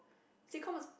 sitcoms